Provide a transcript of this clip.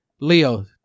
Leo